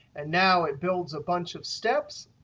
and now it builds a bunch of steps.